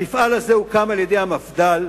המפעל הזה הוקם על-ידי המפד"ל,